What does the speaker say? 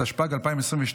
התשפ"ג 2022,